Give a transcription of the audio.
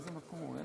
באיזה מקום הוא?